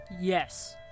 Yes